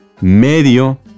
medio